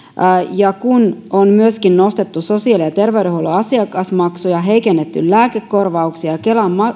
ja kun on myöskin nostettu sosiaali ja terveydenhuollon asiakasmaksuja heikennetty lääkekorvauksia kelan